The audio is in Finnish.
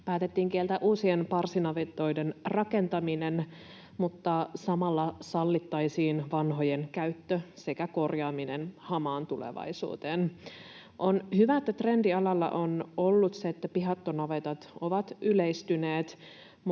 päätettiin kieltää uusien parsinavetoiden rakentaminen mutta samalla sallittaisiin vanhojen käyttö sekä korjaaminen hamaan tulevaisuuteen. On hyvä, että trendi alalla on ollut se, että pihattonavetat ovat yleistyneet,